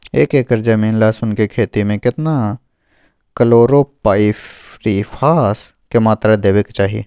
एक एकर जमीन लहसुन के खेती मे केतना कलोरोपाईरिफास के मात्रा देबै के चाही?